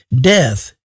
Death